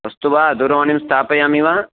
अस्तु वा दूरवाणीं स्थापयामि वा